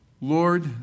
Lord